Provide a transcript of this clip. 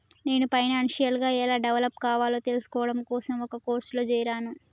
నేను ఫైనాన్షియల్ గా ఎలా డెవలప్ కావాలో తెల్సుకోడం కోసం ఒక కోర్సులో జేరాను